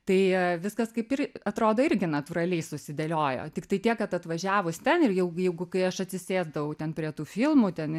tai viskas kaip ir atrodo irgi natūraliai susidėliojo tiktai tiek kad atvažiavus ten ir jau jeigu kai aš atsisėsdavau ten prie tų filmų ten